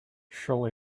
shall